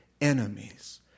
enemies